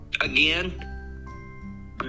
again